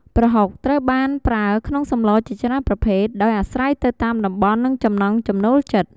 ប្រហុកត្រូវបានប្រើក្នុងសម្លជាច្រើនប្រភេទ ដោយអាស្រ័យទៅតាមតំបន់និងចំណង់ចំណូលចិត្ត។